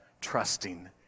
trusting